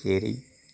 जेरै